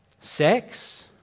Sex